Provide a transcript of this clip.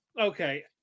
Okay